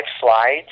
slides